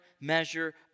measure